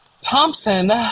Thompson